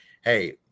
hey